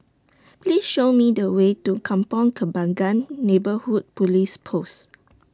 Please Show Me The Way to Kampong Kembangan Neighbourhood Police Post